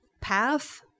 path